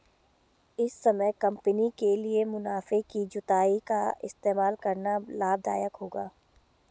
इस समय कंपनी के लिए मुनाफे की जुताई का इस्तेमाल करना लाभ दायक होगा